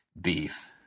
beef